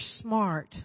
smart